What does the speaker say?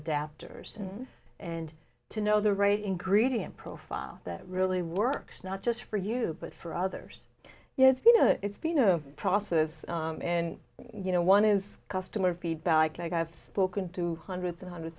adapters and and to know the right ingredient profile that really works not just for you but for others yeah you know it's been a process and you know one is customer feedback i've spoken to hundreds and hundreds